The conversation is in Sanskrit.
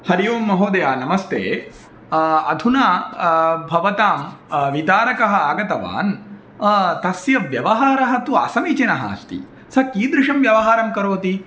हरिः ओं महोदय नमस्ते अधुना भवतां वितरकः आगतवान् तस्य व्यवहारः तु असमीचीनः अस्ति सः कीदृशं व्यवहारं करोति